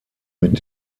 mit